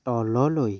তললৈ